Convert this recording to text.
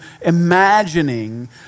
imagining